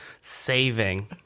saving